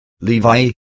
Levi